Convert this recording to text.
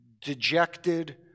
dejected